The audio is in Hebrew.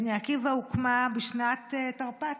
בני עקיבא הוקמה בשנת תרפ"ט.